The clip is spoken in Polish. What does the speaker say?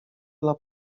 dla